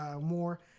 more